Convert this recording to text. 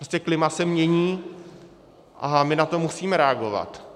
Prostě klima se mění a my na to musíme reagovat.